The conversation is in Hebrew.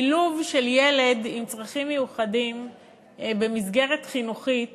שילוב של ילד עם צרכים מיוחדים במסגרת חינוכית